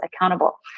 accountable